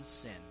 sin